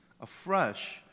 afresh